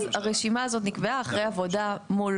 אז הרשימה הזאת נקבעה אחרי עבודה מול